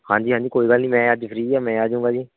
ਹਾਂਜੀ ਹਾਂਜੀ ਕੋਈ ਗੱਲ ਨਹੀਂ ਮੈਂ ਅੱਜ ਫ੍ਰੀ ਹੈ ਜੀ ਮੈਂ ਆ ਜਾਉਂਗਾ ਜੀ